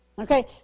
okay